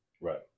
Right